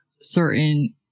certain